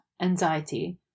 anxiety